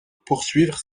poursuivre